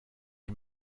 ils